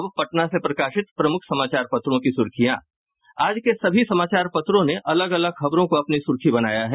अब पटना से प्रकाशित प्रमुख समाचार पत्रों की सुर्खियां आज के सभी समाचार पत्रों ने अलग अलग खबरों को अपनी प्रमुख सुर्खी बनाया है